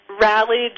rallied